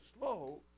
slow